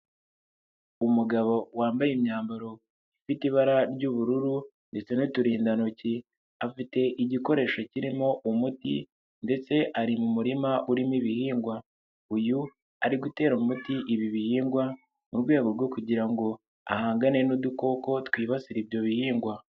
Umugabo wambaye imyambaro ifite ibara ry'ubururu ndetse n'uturindantoki, afite igikoresho kirimo umuti ndetse ari mu murima urimo ibihingwa, uyu ari gutera umuti ibi bihingwa mu rwego rwo kugira ngo ahangane n'udukoko twibasira ibyo bihingwa.